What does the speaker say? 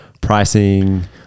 pricing